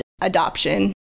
adoption